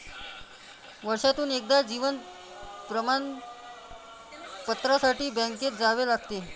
वर्षातून एकदा जीवन प्रमाणपत्रासाठी बँकेत जावे लागते